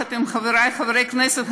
יחד עם חברי חברי הכנסת,